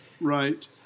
Right